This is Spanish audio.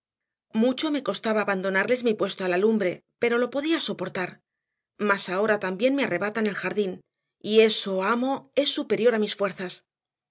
mucho me costaba abandonarles mi puesto a la lumbre pero lo podía soportar mas ahora también me arrebatan el jardín y eso amo es superior a mis fuerzas